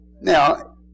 Now